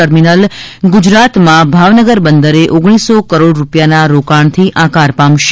terminal ગુજરાતમાં ભાવનગર બંદરે ઓગણીસો કરોડ રૂપિયાના રોકાણથી આકાર પામશે